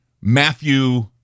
Matthew